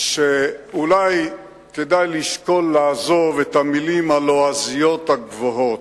אולי כדאי לשקול לעזוב את המלים הלועזיות הגבוהות.